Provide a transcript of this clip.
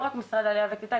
לא רק משרד העלייה והקליטה,